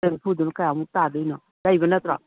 ꯆꯦꯡꯐꯨꯗꯨ ꯀꯌꯥꯃꯨꯛ ꯇꯥꯗꯣꯏꯅꯣ ꯂꯩꯕ ꯅꯠꯇ꯭ꯔꯣ